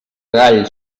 gall